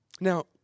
Now